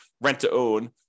rent-to-own